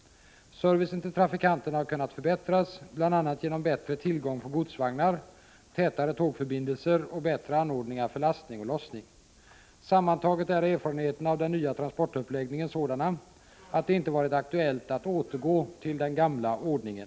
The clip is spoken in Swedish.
Servicen till trafikanterna har kunnat förbättras bl.a. genom bättre tillgång på godsvagnar, tätare tågförbindelser och bättre anordningar för lastning och lossning. Sammantaget är erfarenheterna av den nya transportuppläggningen sådana att det inte varit aktuellt att återgå till den gamla ordningen.